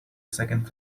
second